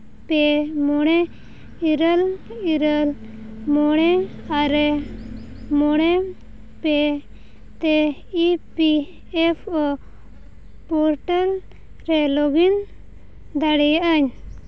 ᱯᱮ ᱢᱚᱬᱮ ᱤᱨᱟᱹᱞ ᱤᱨᱟᱹᱞ ᱢᱚᱬᱮ ᱟᱨᱮ ᱢᱚᱬᱮ ᱯᱮ ᱛᱮ E P F O portal ᱨᱮ ᱞᱚᱜᱤᱱ ᱫᱟᱲᱮᱭᱟᱜᱼᱟᱹᱧ